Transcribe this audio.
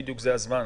בדיוק זה הזמן,